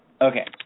Okay